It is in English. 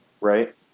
right